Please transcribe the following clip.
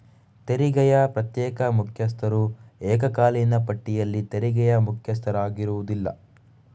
ತೆರಿಗೆಯ ಪ್ರತ್ಯೇಕ ಮುಖ್ಯಸ್ಥರು ಏಕಕಾಲೀನ ಪಟ್ಟಿಯಲ್ಲಿ ತೆರಿಗೆಯ ಮುಖ್ಯಸ್ಥರಾಗಿರುವುದಿಲ್ಲ